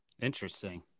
interesting